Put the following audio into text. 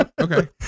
Okay